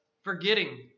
Forgetting